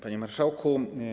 Panie Marszałku!